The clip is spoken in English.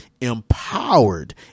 Empowered